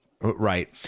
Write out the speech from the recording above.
right